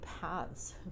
paths